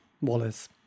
Wallace